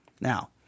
Now